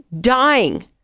dying